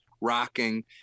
rocking